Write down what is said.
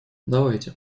давайте